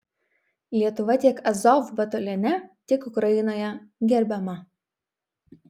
lietuva tiek azov batalione tiek ukrainoje gerbiama